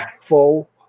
Full